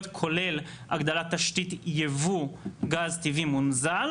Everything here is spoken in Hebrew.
כולל הגדלת תשתית יבוא גז טבעי מונזל.